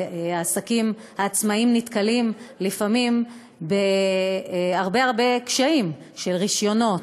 העסקים העצמאים נתקלים לפעמים בהרבה הרבה קשיים: של רישיונות,